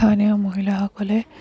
স্থানীয় মহিলাসকলে